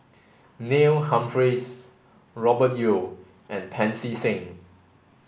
Neil Humphreys Robert Yeo and Pancy Seng